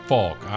Falk